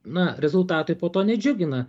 na rezultatai po to nedžiugina